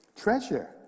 treasure